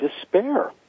despair